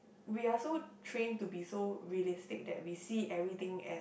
we are so trained to be so realistic that we see everything as